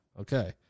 Okay